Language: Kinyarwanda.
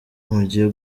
mugiye